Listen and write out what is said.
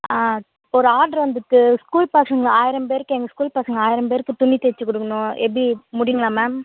ஆ ஒரு ஆட்ரு வந்துருக்குது ஸ்கூல் பசங்கள் ஆயிரம் பேருக்கு எங்கள் ஸ்கூல் பசங்கள் ஆயிரம் பேருக்கு துணி தைச்சி கொடுக்கணும் எப்படி முடியுங்களா மேம்